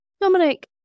Dominic